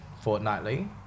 fortnightly